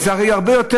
זה הרי הרבה יותר,